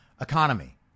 economy